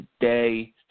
today